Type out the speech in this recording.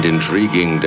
intriguing